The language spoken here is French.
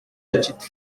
petite